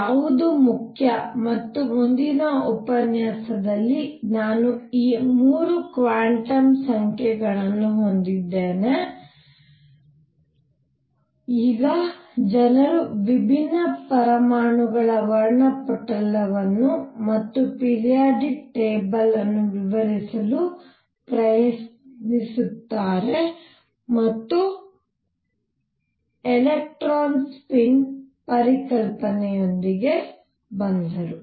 ಯಾವುದು ಮುಖ್ಯ ಮತ್ತು ಮುಂದಿನ ಉಪನ್ಯಾಸದಲ್ಲಿ ನಾನು ಈ 3 ಕ್ವಾಂಟಮ್ ಸಂಖ್ಯೆಗಳನ್ನು ಹೊಂದಿದ್ದೇನೆ ಈಗ ಜನರು ವಿಭಿನ್ನ ಪರಮಾಣುಗಳ ವರ್ಣಪಟಲವನ್ನು ಮತ್ತು ಪಿರಿಯಾಡಿಕ್ ಟೇಬಲ್ ಅನ್ನು ವಿವರಿಸಲು ಪ್ರಯತ್ನಿಸುತ್ತಾರೆ ಮತ್ತು ಎಲೆಕ್ಟ್ರಾನ್ ಸ್ಪಿನ್ ಪರಿಕಲ್ಪನೆಯೊಂದಿಗೆ ಬಂದರು